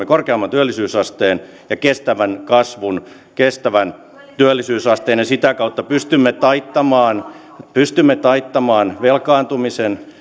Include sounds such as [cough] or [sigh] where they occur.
[unintelligible] korkeamman työllisyysasteen ja kestävän kasvun kestävän työllisyysasteen ja sitä kautta pystymme taittamaan pystymme taittamaan velkaantumisen [unintelligible]